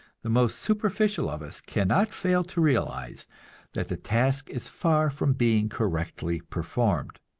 the most superficial of us cannot fail to realize that the task is far from being correctly performed.